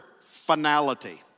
finality